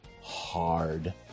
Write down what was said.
hard